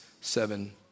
seven